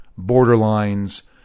borderlines